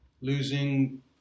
losing